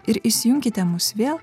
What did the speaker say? ir įsijunkite mus vėl